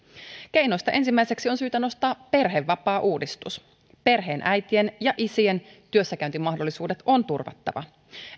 keinoista ensimmäiseksi on syytä nostaa perhevapaauudistus perheen äitien ja isien työssäkäyntimahdollisuudet on turvattava